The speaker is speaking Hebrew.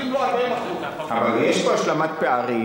לא 40%. אבל יש פה השלמת פערים,